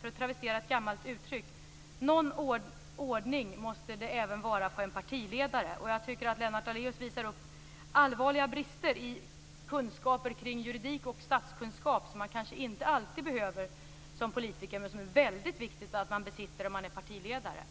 För att travestera ett gammalt uttryck: Någon ordning måste det vara även på en partiledare. Jag tycker att Lennart Daléus visar allvarliga brister när det gäller insikter i juridik och statskunskap, som man kanske inte alltid behöver ha som politiker men som det är väldigt viktigt att man besitter som partiledare.